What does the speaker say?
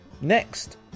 Next